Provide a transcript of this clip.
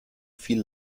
viel